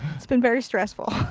has been very stressful.